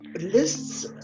lists